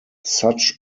such